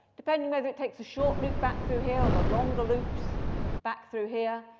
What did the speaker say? depending whether it takes the short route back through here or the longer loops back through here,